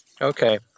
Okay